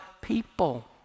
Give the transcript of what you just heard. people